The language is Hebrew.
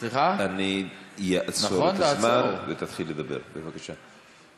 אני אעצור את הזמן ותתחיל לדבר, בבקשה.